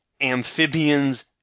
Amphibians